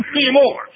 anymore